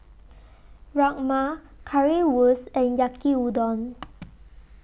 Rajma Currywurst and Yaki Udon